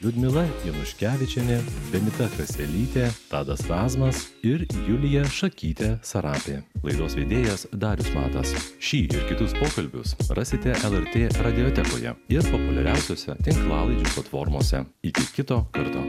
liudmila januškevičienė benita kaselytė tadas razmas ir julija šakytė sarapė laidos vedėjas darius matas šį ir kitus pokalbius rasite lrt radiotekoje ir populiariausiose tinklalaidžių platformose iki kito karto